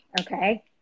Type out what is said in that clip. Okay